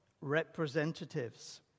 representatives